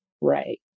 right